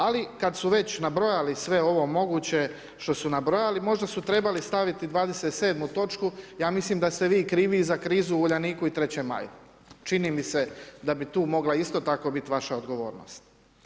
Ali, kada su već nabrojali sve ovo moguće što su nabrojali, možda su trebali staviti 27 točku, ja mislim da ste vi krivi za krizu u Uljaniku i 3.Maju čini mi se da bi tu mogla isto tako biti vaša odgovornost.